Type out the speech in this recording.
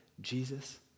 Jesus